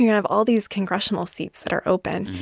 have all these congressional seats that are open.